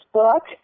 book